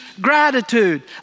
gratitude